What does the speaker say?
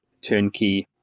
turnkey